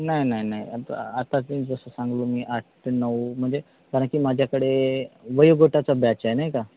नाही नाही नाही आता आता ती जसं सांगलो मी आठ ते नऊ म्हणजे कारण की माझ्याकडे वयोगटाचा बॅच आहे नाही का